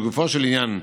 לגופו של עניין,